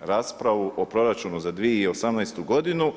raspravu o proračunu za 2018. godinu.